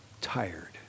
tired